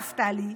נפתלי,